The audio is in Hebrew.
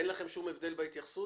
אין לכם שום הבדל בהתייחסות?